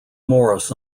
morris